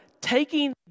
taking